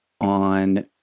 on